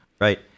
right